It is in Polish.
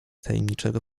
tajemniczego